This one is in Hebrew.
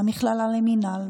מהמכללה למינהל,